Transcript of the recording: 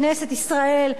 כנסת ישראל,